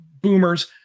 boomers